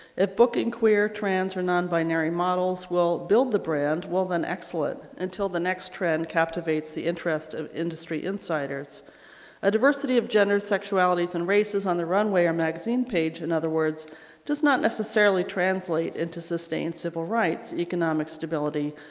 if booking queer trans or non-binary models will build the brand well then excellent until the next trend captivates the interest of industry insiders a diversity of gender sexuality and races on the runway our magazine page in other words does not necessarily translate into sustained civil rights, economic stability,